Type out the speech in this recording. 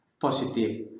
positive